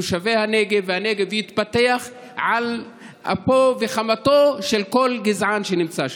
תושבי הנגב והנגב יתפתחו על אפו וחמתו של כל גזען שנמצא שם.